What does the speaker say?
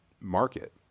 market